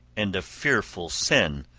and a fearful sin,